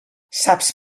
saps